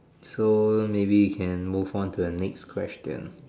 so maybe can move on to the next question